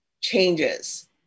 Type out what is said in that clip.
changes